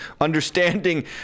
understanding